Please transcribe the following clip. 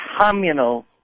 communal